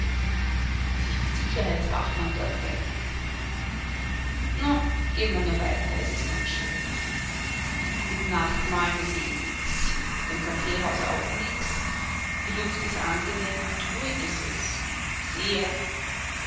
was sich der sicherheitswachmann dort denkt na geh'n wir nur weiter es ist ganz schön mit'm nachtmahlen ist's eh nichts mit dem kaffeehaus auch nichts die luft ist angenehm und ruhig ist es sehr